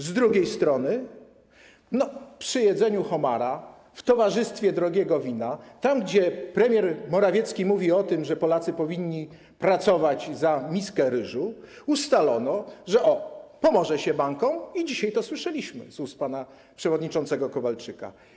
Z drugiej strony przy jedzeniu homara w towarzystwie drogiego wina, tam gdzie premier Morawiecki mówi o tym, że Polacy powinni pracować za miskę ryżu, ustalono, że pomoże się bankom, i dzisiaj to słyszeliśmy z ust pana przewodniczącego Kowalczyka.